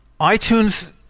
iTunes